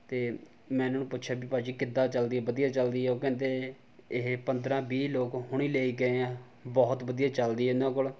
ਅਤੇ ਮੈਂ ਉਹਨਾਂ ਨੂੰ ਪੁੱਛਿਆ ਵੀ ਭਾਅ ਜੀ ਕਿੱਦਾਂ ਚੱਲਦੀ ਹੈ ਵਧੀਆ ਚਲਦੀ ਹੈ ਉਹ ਕਹਿੰਦੇ ਇਹ ਪੰਦਰਾਂ ਵੀਹ ਲੋਕ ਹੁਣੇ ਲੈ ਕੇ ਗਏ ਹੈ ਬਹੁਤ ਵਧੀਆ ਚੱਲਦੀ ਹੈ ਉਹਨਾਂ ਕੋਲ